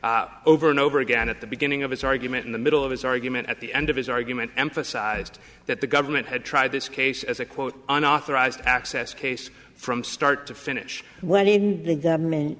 over and over again at the beginning of his argument in the middle of his argument at the end of his argument emphasized that the government had tried this case as a quote unauthorized access case from start to finish what